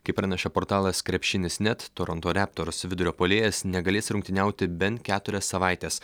kaip pranešė portalas krepšinis net toronto reptors vidurio puolėjas negalės rungtyniauti bent keturias savaites